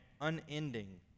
unending